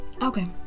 Okay